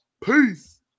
peace